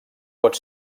pot